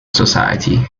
society